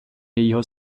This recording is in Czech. jejího